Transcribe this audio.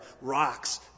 Rocks